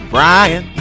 Brian